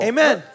Amen